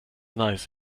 nice